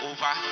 Over